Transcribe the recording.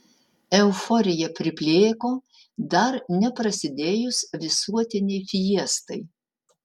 euforija priplėko dar neprasidėjus visuotinei fiestai